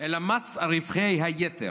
אלא מס על רווחי היתר,